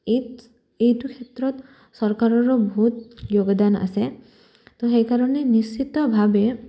এই এইটো ক্ষেত্ৰত চৰকাৰৰো বহুত যোগদান আছে তো সেইকাৰণে নিশ্চিতভাৱে